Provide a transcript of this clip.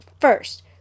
first